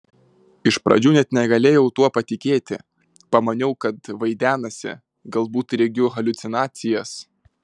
iš pradžių net negalėjau tuo patikėti pamaniau kad vaidenasi galbūt regiu haliucinacijas